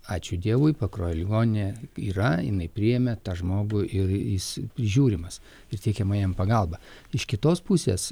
ačiū dievui pakruojo ligininė yra jinai priėmė tą žmogų ir jis prižiūrimas ir teikiama jam pagalba iš kitos pusės